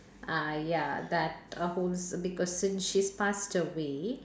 ah ya that uh holds because since she passed away